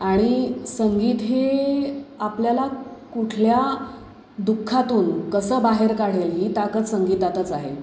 आणि संगीत हे आपल्याला कुठल्या दुःखातून कसं बाहेर काढेल ही ताकद संगीतातच आहे